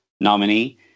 nominee